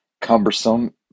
cumbersome